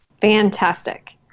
Fantastic